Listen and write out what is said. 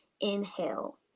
inhale